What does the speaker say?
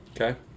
Okay